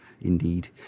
indeed